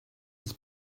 his